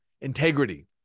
integrity